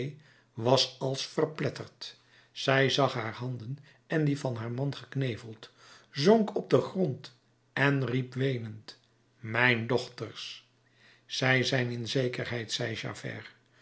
was als verpletterd zij zag haar handen en die van haar man gekneveld zonk op den grond en riep weenend mijn dochters zij zijn in zekerheid zei javert